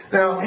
Now